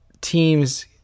teams